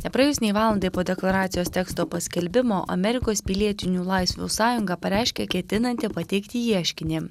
nepraėjus nė valandai po deklaracijos teksto paskelbimo amerikos pilietinių laisvių sąjunga pareiškė ketinanti pateikti ieškinį